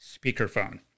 speakerphone